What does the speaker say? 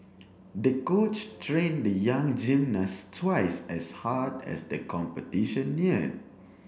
the coach trained the young gymnast twice as hard as the competition near